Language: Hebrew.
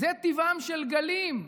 זה טיבם של גלים.